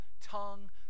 tongue